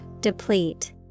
deplete